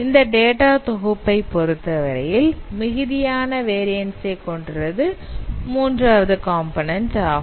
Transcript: இந்த டேட்டா தொகுப்பை பொறுத்தவரையில் மிகுதியான variance ஐ கொண்டது மூன்றாவது காம்போநன்ண்ட் ஆகும்